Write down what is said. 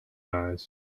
eyes